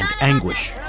anguish